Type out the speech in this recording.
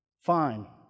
fine